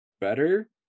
better